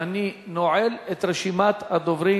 עפו אגבאריה,